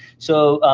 so